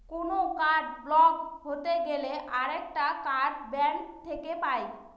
কোনো card block হতে গেলে আরেকটা কার্ড ব্যাঙ্ক থেকে পাই